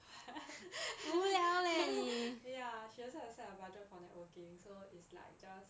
ya so she set aside a budget for networking so is like just